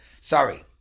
Sorry